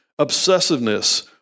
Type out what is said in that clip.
obsessiveness